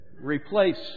replace